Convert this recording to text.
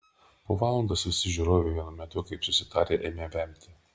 po valandos visi žiūrovai vienu metu kaip susitarę ėmė vemti